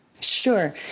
Sure